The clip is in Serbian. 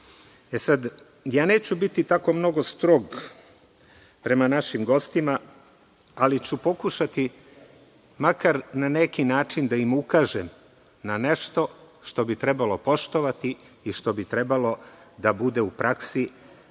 zna. Ja neću biti tako mnogo strog prema našim gostima, ali ću pokušati makar na neki način da im ukažem na nešto što bi trebalo poštovati i što bi trebalo da bude u praksi